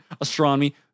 Astronomy